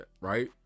right